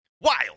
Wild